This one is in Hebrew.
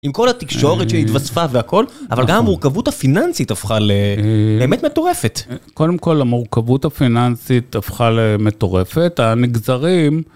עם כל התקשורת שהתווספה והכל, אבל גם המורכבות הפיננסית הפכה לאמת מטורפת. קודם כל, המורכבות הפיננסית הפכה למטורפת, הנגזרים...